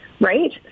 right